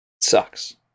sucks